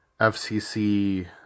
FCC